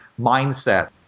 mindset